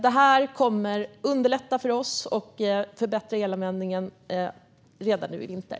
Detta kommer att underlätta för oss och förbättra elanvändningen redan nu i vinter.